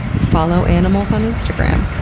follow animals on instagram.